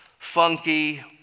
funky